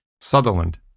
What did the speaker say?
Sutherland